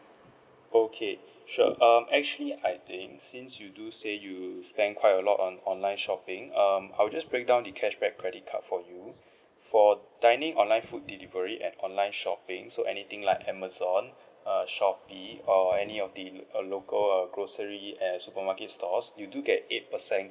okay sure um actually I think since you do say you spend quite a lot on online shopping um I'll just breakdown the cashback credit card for you for dining online food delivery and online shopping so anything like Amazon err Shopee or any of the local grocery and supermarket stores you do get eight percent